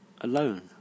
alone